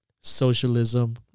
socialism